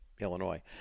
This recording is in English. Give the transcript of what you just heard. Illinois